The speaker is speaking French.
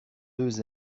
deux